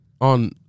on